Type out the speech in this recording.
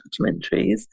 documentaries